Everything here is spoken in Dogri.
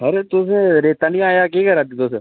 सर तुसें रेत्ता निं आया केह् करै दे तुस